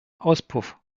auspuff